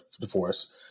Divorce